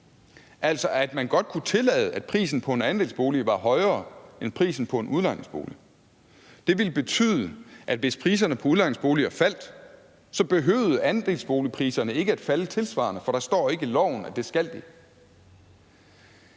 altså at man godt kunne tillade, at prisen på en andelsbolig var højere end prisen på en udlejningsbolig. Det ville betyde, at hvis priserne på udlejningsboliger faldt, behøvede andelsboligpriserne ikke at falde tilsvarende, for der ville ikke stå i loven, at det skal de.